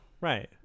right